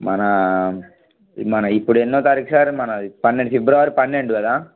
మన మన ఇప్పుడు ఎన్నో తారీఖు సార్ మన పన్నెండు ఫిబ్రవరి పన్నెండు కదా